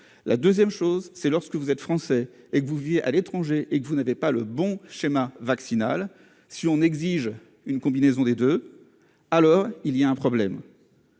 la 2ème chose c'est lorsque vous êtes français et que vous vivez à l'étranger et que vous n'avez pas le bon schéma vaccinal si on exige une combinaison des 2, alors il y a un problème.